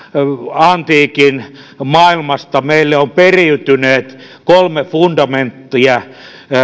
antiikin maailmasta meille ovat periytyneet kolme fundamenttia